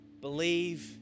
believe